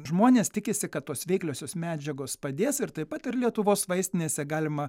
žmonės tikisi kad tos veikliosios medžiagos padės ir taip pat ir lietuvos vaistinėse galima